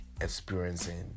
experiencing